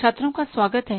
छात्रों का स्वागत है